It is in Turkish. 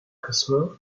kısmı